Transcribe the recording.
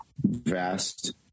vast